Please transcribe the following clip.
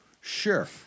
sure